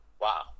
wow